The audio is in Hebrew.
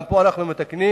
גם פה אנחנו מתקנים,